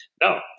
No